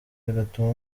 bigatuma